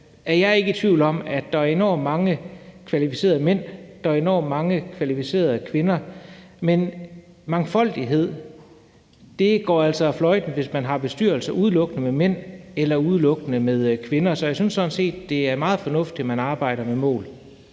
Jeg er ikke i tvivl om, at der er enormt mange kvalificerede mænd og der er enormt mange kvalificerede kvinder, men mangfoldighed går altså fløjten, hvis man har bestyrelser udelukkende med mænd eller udelukkende med kvinder. Så jeg synes sådan set, det er meget fornuftigt, at man arbejder med mål.